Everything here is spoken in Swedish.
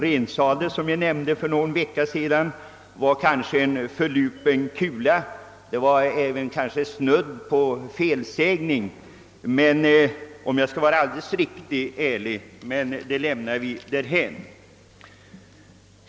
Det uttalande som jag gjorde för några veckor sedan om rensadel var kanske en förlupen kula — det var även snudd på felsägning, om jag skall vara alldeles ärlig — men det kan vi lämna därhän.